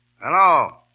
Hello